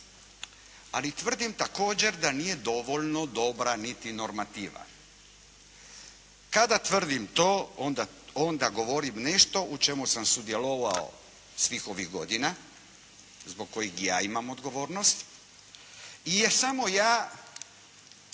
ali tvrdim također da nije dovoljno dobra niti normativa. Kada tvrdim to onda govorim nešto u čemu sam sudjelovao svih ovih godina zbog kojih ja imam odgovornost jer samo ja